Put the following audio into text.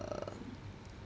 err